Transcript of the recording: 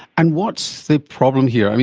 and what's the problem here? i mean,